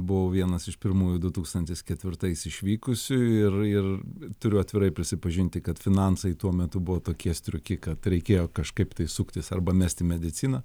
buvau vienas iš pirmųjų du tūkstantis ketvirtais išvykusių ir ir turiu atvirai prisipažinti kad finansai tuo metu buvo tokie striuki kad reikėjo kažkaip tai suktis arba mesti mediciną